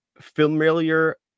familiar